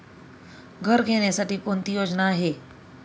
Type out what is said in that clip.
घर घेण्यासाठी कोणती योजना आहे?